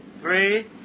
Three